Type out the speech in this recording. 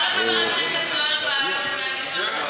מה לחבר הכנסת זוהיר בהלול ומשמעת סיעתית, ?